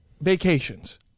Vacations